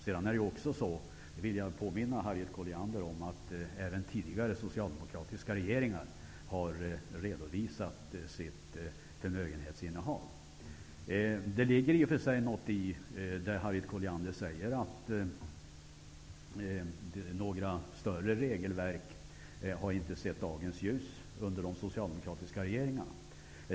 Jag vill påminna Harriet Colliander om att även tidigare socialdemokratiska regeringar har redovisat sitt förmögenhetsinnehav. Det ligger i och för sig något i det som Harriet Colliander säger om att några större regelverk inte har sett dagens ljus under de socialdemokratiska regeringarna.